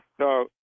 No